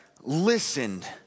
listened